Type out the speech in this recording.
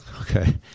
Okay